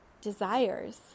desires